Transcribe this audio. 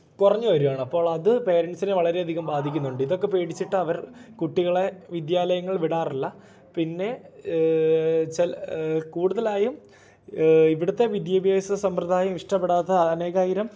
കുറഞ്ഞ് വരുവാണ് അപ്പോൾ അത് പേരെൻസിനെ വളരെ അധികം ബാധിക്കുന്നുണ്ട് ഇതൊക്കെ പേടിച്ചിട്ടവർ കുട്ടികളെ വിദ്യാലയങ്ങൾ വിടാറില്ല പിന്നെ ചില കൂടുതലായും ഇവിടുത്തെ വിദ്യാഭ്യാസ സമ്പ്രദായം ഇഷ്ടപ്പെടാത്ത അനേകായിരം